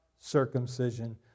circumcision